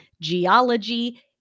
geology